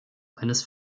eines